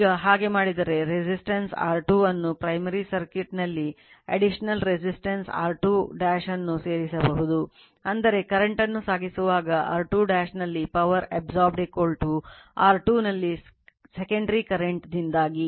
ಈಗ ಹಾಗೆ ಮಾಡಿದರೆ resistance ದಿಂದಾಗಿ